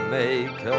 make